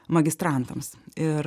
magistrantams ir